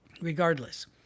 Regardless